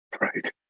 right